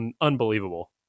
unbelievable